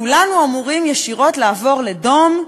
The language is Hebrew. כולנו אמורים ישירות לעבור לדום,